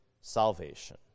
salvation